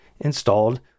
installed